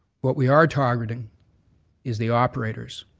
what we are targeting is the operators,